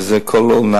וזה קורה כל עונה